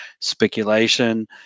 speculation